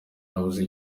nabuze